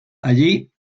allí